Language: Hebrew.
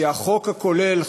שהחוק הכולל,